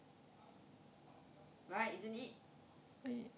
right isn't it